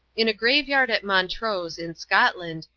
in a grave-yard at montrose, in scotland,